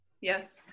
Yes